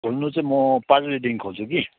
खोल्नु चाहिँ म पाँच बजेदेखिन् खोल्छु कि